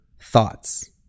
thoughts